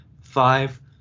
Five